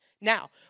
Now